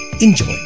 Enjoy